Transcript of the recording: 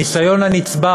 הניסיון הנצבר,